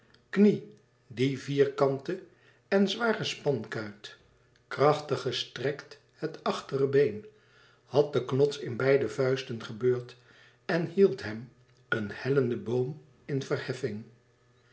knie die vierkantte en zware spankuit krachtig gerekt het achtere been had den knots in beide vuisten gebeurd en hield hem een hellende boom in verheffing